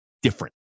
Different